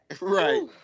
Right